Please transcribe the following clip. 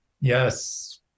Yes